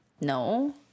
no